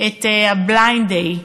את ה-Blind Day,